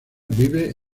vive